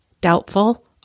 doubtful